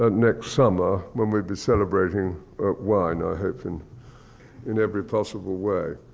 ah next summer, when we'll be celebrating wine, i hope, in in every possible way.